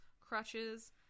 crutches